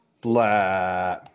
Blah